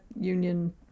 Union